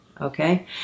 Okay